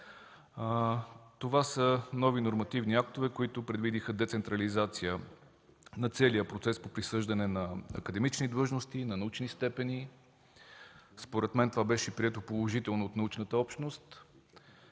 Това са нови нормативни актове, които предвидиха децентрализация на целия процес по присъждане на академични длъжности, на научни степени. Според мен това бе прието положително от научната общност,